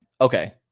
Okay